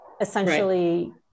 essentially